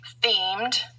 themed